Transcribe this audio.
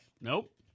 nope